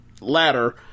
ladder